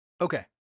Okay